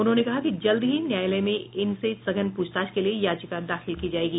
उन्होंने कहा कि जल्द ही न्यायालय में इनसे सघन पूछताछ के लिए याचिका दाखिल की जाएगी